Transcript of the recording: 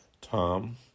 Tom